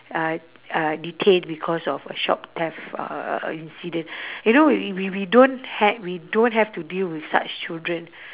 uh uh detained because of a shop theft uh incident you know we we don't ha~ we don't have to deal with such children